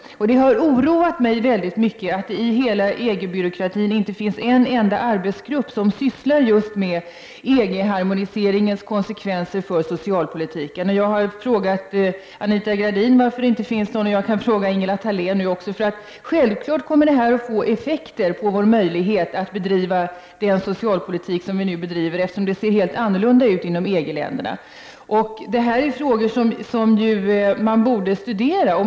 Det har oroat mig väldigt mycket att det i hela EG-byråkratin inte finns en enda arbetsgrupp som sysslar med just EG-harmoniseringens konsekvenser för socialpolitiken. Jag har frågat Anita Gradin, och jag kan fråga Ingela Thalén nu också, varför det inte finns någon sådan arbetsgrupp. Det kommer självklart att få effekter på vår möjlighet att bedriva den socialpolitik vi nu bedriver, eftersom det ser helt annorlunda ut inom EG-länderna. Det här är frågor som man borde studera.